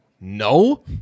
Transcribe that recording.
No